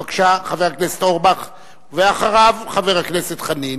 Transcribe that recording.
בבקשה, חבר הכנסת אורבך, ואחריו, חבר הכנסת חנין.